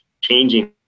changing